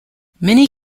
many